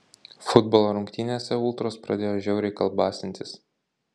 futbolo rungtynėse ultros pradėjo žiauriai kalbasintis